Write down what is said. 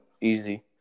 Easy